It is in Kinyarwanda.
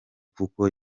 kuko